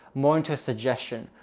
more into suggestion,